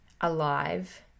alive